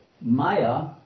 Maya